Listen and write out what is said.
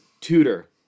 tutor